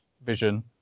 Vision